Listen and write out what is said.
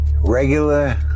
regular